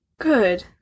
good